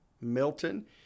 Milton